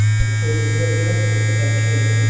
so that was very helpful in that case.